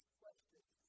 questions